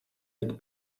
mit